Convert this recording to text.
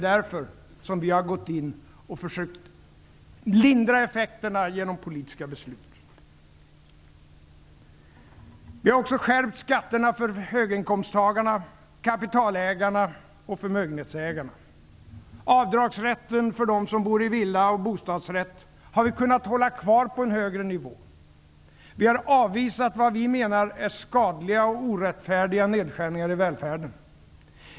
Därför har vi gått in och försökt lindra effekterna genom politiska beslut. Vi har också skärpt skatterna för höginkomsttagarna, kapitalägarna och förmögenhetsägarna. Avdragsrätten för dem som bor i villa och bostadsrätt har vi kunnat hålla kvar på en högre nivå. Vi har avvisat det som vi menar är skadliga och orättfärdiga nedskärningar i välfärden.